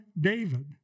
David